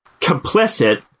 complicit